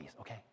okay